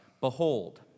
Behold